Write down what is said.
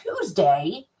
Tuesday